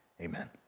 amen